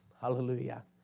Hallelujah